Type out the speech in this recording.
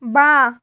বাঁ